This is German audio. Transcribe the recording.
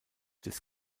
des